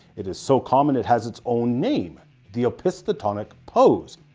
it is so common it has its own name the opisthotonic pose.